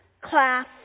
class